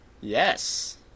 Yes